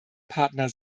partner